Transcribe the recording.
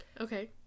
Okay